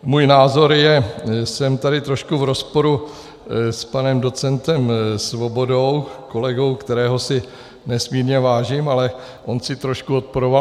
Můj názor je, že jsem trošku v rozporu s panem docentem Svobodou, kolegou, kterého si nesmírně vážím, ale on si trošku odporoval.